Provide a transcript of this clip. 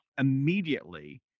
immediately